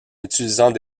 utilisant